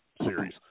series